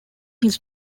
his